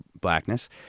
blackness